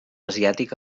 asiàtic